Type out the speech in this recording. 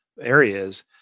areas